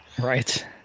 right